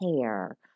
care